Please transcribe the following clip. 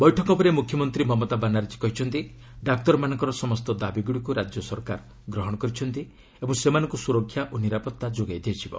ବୈଠକ ପରେ ମୁଖ୍ୟମନ୍ତ୍ରୀ ମମତା ବାନାର୍ଜୀ କହିଛନ୍ତି ଡାକ୍ତରମାନଙ୍କର ସମସ୍ତ ଦାବିଗ୍ରଡ଼ିକୁ ରାଜ୍ୟ ସରକାର ଗ୍ରହଣ କରିଛନ୍ତି ଓ ସେମାନଙ୍କୁ ସୁରକ୍ଷା ଓ ନିରାପତ୍ତା ଯୋଗାଇ ଦିଆଯିବ